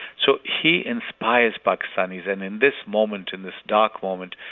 so he inspires pakistanis, and in this moment, in this dark moment,